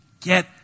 Get